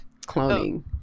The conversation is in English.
cloning